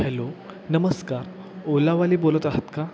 hello नमस्कार ओलावाली बोलत आहात का